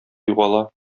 югала